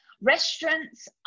Restaurants